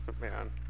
man